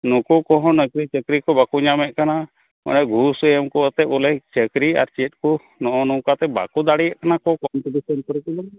ᱱᱚᱠᱩ ᱠᱚᱦᱚᱸ ᱱᱚᱠᱨᱤ ᱪᱟᱹᱠᱨᱤ ᱠᱚ ᱵᱟᱠᱚ ᱧᱟᱢᱮᱫ ᱠᱟᱱᱟ ᱚᱱᱟ ᱜᱷᱩᱥ ᱮᱢᱠᱚ ᱟᱛᱮᱫ ᱵᱚᱞᱮ ᱪᱟᱹᱠᱨᱤ ᱟᱨ ᱪᱮᱫ ᱠᱚ ᱱᱚᱜ ᱱᱚᱝᱠᱟ ᱛᱮ ᱵᱟᱠᱚ ᱫᱟᱲᱮᱭᱟᱜ ᱠᱟᱱᱟ ᱠᱚ ᱠᱚᱢᱯᱤᱴᱤᱥᱮᱱ ᱠᱚᱨᱮ